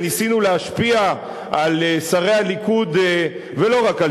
וניסינו להשפיע על שרי הליכוד ולא רק על